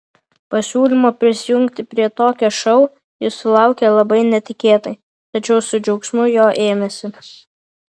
pasiūlymo prisijungti prie tokio šou jis sulaukė labai netikėtai tačiau su džiaugsmu jo ėmėsi